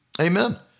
Amen